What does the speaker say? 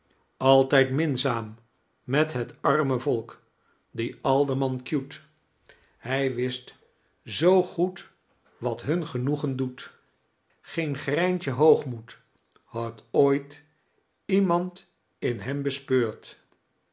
altijd minzaam met het arme volk die alderman cute hij wist zoo goed wat hun genoegen doet geen greint je hoogmoed had ooit iemand in hem bespeurd